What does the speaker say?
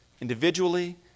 individually